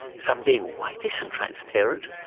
some being whitish and transparent,